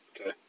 Okay